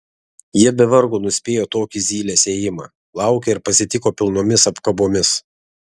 jie be vargo nuspėjo tokį zylės ėjimą laukė ir pasitiko pilnomis apkabomis